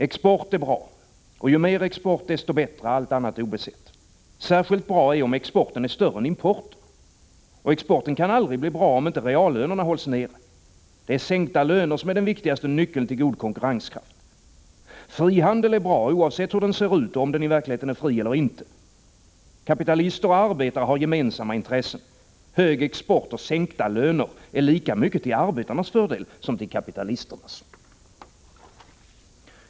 Export är bra, ju mer export, desto bättre — allt annat obesett. Särskilt bra är om exporten är större än importen. Och exporten kan aldrig bli bra, om inte reallönerna hålls nere. Det är sänkta löner som är den viktigaste nyckeln till god konkurrenskraft. Frihandel är bra, oavsett hur den ser ut och om den i verkligheten är fri eller inte. Kapitalister och arbetare har gemensamma intressen. Hög export och sänkta löner är lika mycket till arbetarnas fördel som till kapitalisternas.